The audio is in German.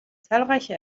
zahlreiche